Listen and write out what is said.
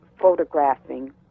photographing